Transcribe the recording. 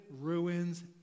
ruins